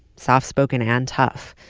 soft-spoken and tough,